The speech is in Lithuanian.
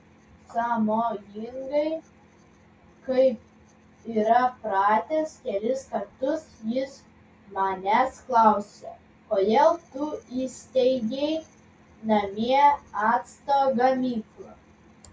sąmojingai kaip yra pratęs kelis kartus jis manęs klausė kodėl tu įsteigei namie acto gamyklą